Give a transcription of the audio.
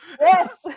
Yes